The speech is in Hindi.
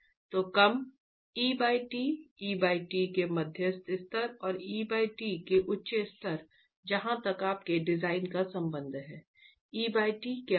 तो कम ईटी ईटी के मध्यम स्तर और ईटी के उच्च स्तर और जहां तक आपके डिजाइन का संबंध है ईटी क्या होगा